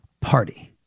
party